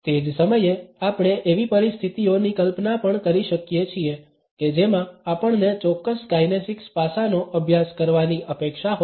તે જ સમયે આપણે એવી પરિસ્થિતિઓની કલ્પના પણ કરી શકીએ છીએ કે જેમાં આપણને ચોક્કસ કાઇનેસિક્સ પાસાનો અભ્યાસ કરવાની અપેક્ષા હોય